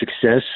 success